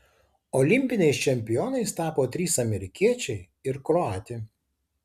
olimpiniais čempionais tapo trys amerikiečiai ir kroatė